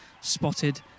spotted